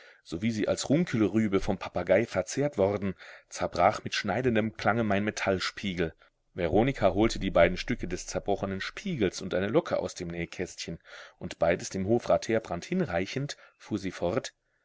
sowie sie als runkelrübe vom papagei verzehrt worden zerbrach mit schneidendem klange mein metallspiegel veronika holte die beiden stücke des zerbrochenen spiegels und eine locke aus dem nähkästchen und beides dem hofrat heerbrand hinreichend fuhr sie fort